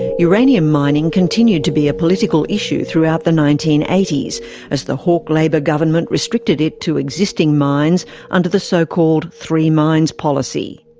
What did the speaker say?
uranium mining continued to be a political issue throughout the nineteen eighty s as the hawke labor government restricted it to existing mines under the so-called three mines policy.